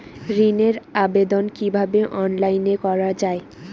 ঋনের আবেদন কিভাবে অনলাইনে করা যায়?